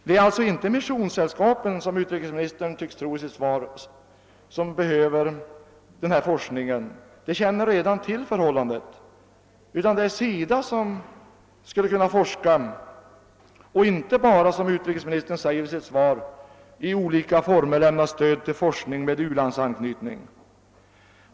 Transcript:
Det är alltså inte, såsom utrikesministern att döma av hans svar tycks tro, missionssällskapen som behöver den av mig begärda forskningen. De känner redan till de förhållanden jag nämnt. Det är SIDA som behöver göra denna forskning. SIDA behöver alltså icke blott — såsom utrikesministern framhåller i sitt svar — i olika former lämna stöd till forskning med u-landsanknytning.